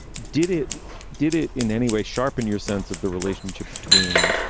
did it did it in any way sharpen your sense of the relationship between.